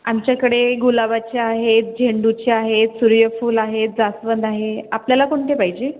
आमच्याकडे गुलाबाचे आहेत झेंडूचे आहेत सूर्यफूल आहेत जास्वंद आहे आपल्याला कोणते पाहिजे